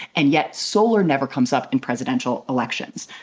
and yet solar never comes up in presidential elections.